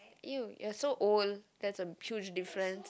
!eww! you're so old that's a huge difference